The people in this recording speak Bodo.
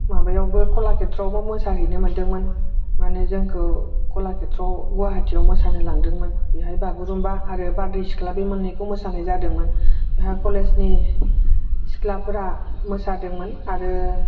माबायावबो कलाकेट्रआवबो मोसाहैनो मोन्दोंमोन माने जोंखौ कलाकेट्रआव गुवाहाटीयाव मोसानो लांदोंमोन बेहाय बागुरुम्बा आरो बारदैसिख्ला बे मोननैखौ मोसानाय जादोंमोन बेहा कलेजनि सिख्लाफोरा मोसादोंमोन आरो